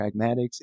pragmatics